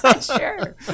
Sure